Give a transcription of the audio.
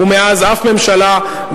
ומאז אף ממשלה,